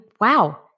wow